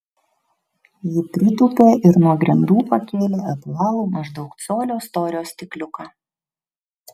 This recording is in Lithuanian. ji pritūpė ir nuo grindų pakėlė apvalų maždaug colio storio stikliuką